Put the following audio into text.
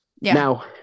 now